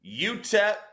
UTEP